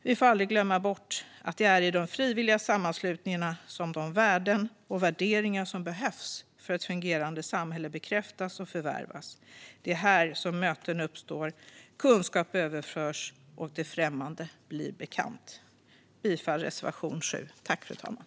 Vi får aldrig glömma bort att det är i de frivilliga sammanslutningarna som de värden och värderingar som behövs för ett fungerande samhälle bekräftas och förvärvas. Det är här möten uppstår, kunskap överförs och det främmande blir bekant. Jag yrkar bifall till reservation 7.